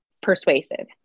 persuasive